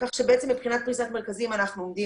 כך שבעצם מבחינת פריסת מרכזים אנחנו עומדים